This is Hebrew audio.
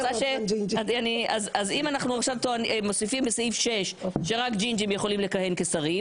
אז אם אנחנו עכשיו מוסיפים בסעיף 6 שרק ג'ינג'ים יכולים לכהן כשרים,